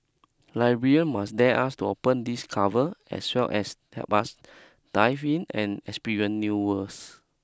librarian must dare us to open these cover as well as help us dive in and experience new worlds